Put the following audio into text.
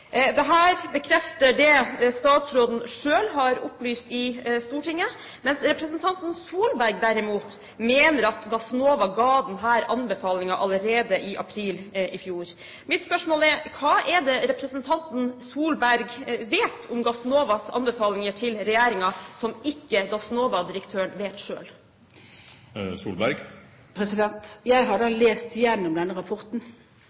bekrefter det statsråden selv har opplyst i Stortinget, mens representanten Solberg, derimot, mener at Gassnova ga denne anbefalingen allerede i april i fjor. Mitt spørsmål er: Hva er det representanten Solberg vet om Gassnovas anbefalinger til regjeringen som ikke Gassnova-direktøren vet selv? Jeg har lest igjennom denne rapporten. Blant annet står det i den rapporten jeg nettopp har